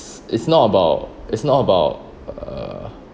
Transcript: it's it's not about it's not about uh